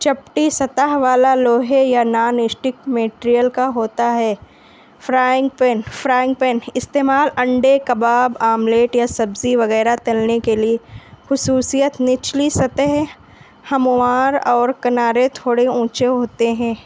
چپٹی سطح والا لوہے یا نان اسٹک میٹیریل کا ہوتا ہے فرائنگ پین فرائنگ پین استعمال انڈے کباب آملیٹ یا سبزی وغیرہ تلنے کے لیے خصوصیت نچلی سطح ہموار اور کنارے تھوڑے اونچے ہوتے ہیں